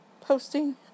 posting